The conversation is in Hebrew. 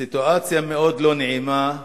סיטואציה מאוד לא נעימה.